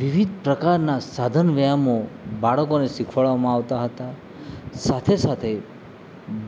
વિવિધ પ્રકારના સાધનો વ્યાયામો બાળકોને શીખવાડવામાં આવતા હતા સાથે સાથે